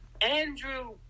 Andrew